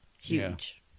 Huge